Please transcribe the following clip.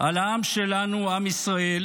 על העם שלנו, עם ישראל,